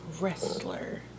wrestler